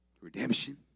redemption